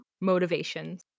Motivations